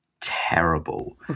terrible